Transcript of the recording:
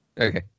Okay